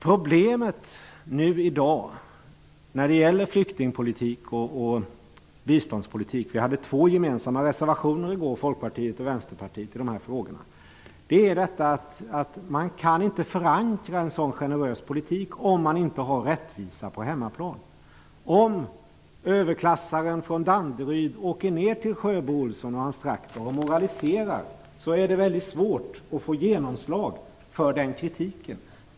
Problemet nu i dag när det gäller flyktingpolitik och biståndspolitik - Folkpartiet och Vänsterpartiet hade i de här frågorna två gemensamma reservationer till betänkanden som debatterades i går - är att man inte kan förankra en generös politik om man inte har rättvisa på hemmaplan. Om överklassaren från Danderyd åker ner till Sjöbo Olsson och hans traktor och moraliserar, är det väldigt svårt att få genomslag för den kritiken.